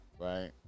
right